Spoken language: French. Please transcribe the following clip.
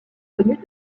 connues